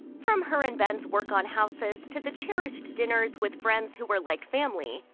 from her and ben's work on houses, to the cherished dinners with friends who are like family,